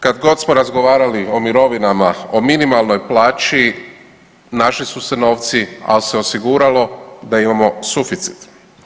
Kad god smo razgovarali o mirovinama, o minimalnoj plaći našli su se novci, ali se osiguralo da imamo suficit.